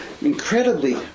incredibly